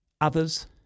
others